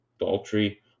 adultery